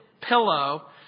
pillow